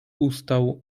ustał